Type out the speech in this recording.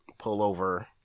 pullover